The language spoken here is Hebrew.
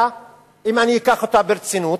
אם אני אקח אותה ברצינות,